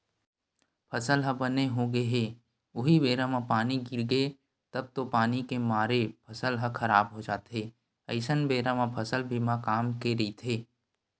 फसल ह बने होगे हे उहीं बेरा म पानी गिरगे तब तो पानी के मारे फसल ह खराब हो जाथे अइसन बेरा म फसल बीमा काम के रहिथे